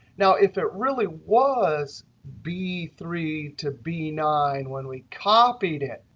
now, if it really was b three to b nine when we copied it,